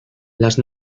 las